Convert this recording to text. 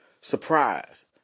surprise